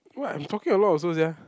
what I'm talking a lot also sia